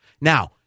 Now